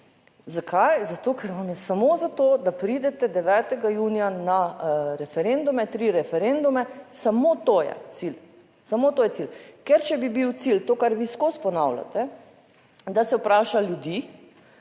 Zakaj? Zato, ker vam je samo za to, da pridete 9. junija na referendume, tri referendume, samo to je cilj. Samo to je cilj. Ker če bi bil cilj to, kar vi skozi ponavljate, da se vpraša ljudi,